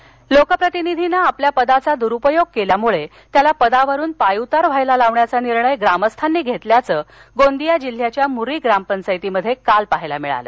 मतदान गोंदिया लोकप्रतिनिधीनं आपल्या पदाचा दुरुपयोग केल्यामुळे त्याला पदावरून पायउतार व्हायला लावण्याचा निर्णय ग्रामस्थांनी घेतल्याचं गोंदिया जिल्ह्याच्या मुर्री ग्रामपन्चायतीमध्ये काल पाहायला मिळालं